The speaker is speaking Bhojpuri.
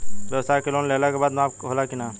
ब्यवसाय के लोन लेहला के बाद माफ़ होला की ना?